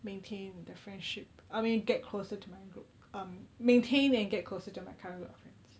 maintain the friendship I mean get closer to my group um maintain and get closer to my current group of friends